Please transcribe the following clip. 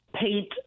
paint